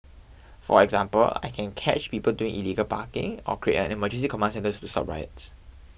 for example I can catch people doing illegal parking or create an emergency command centre to stop riots